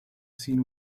seen